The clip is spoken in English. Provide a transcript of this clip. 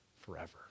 forever